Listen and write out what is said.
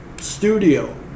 Studio